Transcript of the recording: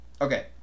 Okay